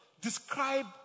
describe